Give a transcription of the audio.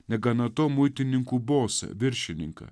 negana to muitininkų bosą viršininką